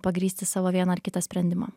pagrįsti savo vieną ar kitą sprendimą